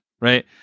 right